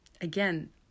again